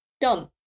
Done